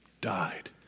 died